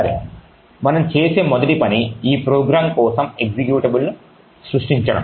సరే మనము చేసే మొదటి పని ఈ ప్రోగ్రామ్ కోసం ఎక్జిక్యూటబుల్ను సృష్టించడం